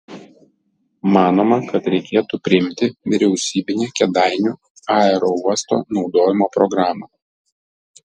manoma kad reikėtų priimti vyriausybinę kėdainių aerouosto naudojimo programą